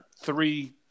three